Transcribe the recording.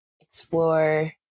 explore